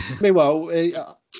Meanwhile